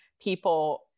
people